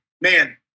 man